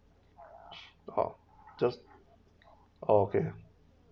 orh just orh okay